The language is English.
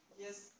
Yes